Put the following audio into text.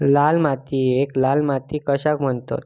लाल मातीयेक लाल माती कशाक म्हणतत?